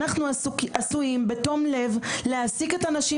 אנחנו עשויים בתום לב להעסיק את הנשים